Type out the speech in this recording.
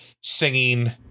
singing